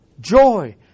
joy